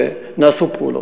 ונעשו פעולות.